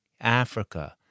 Africa